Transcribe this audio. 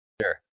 Sure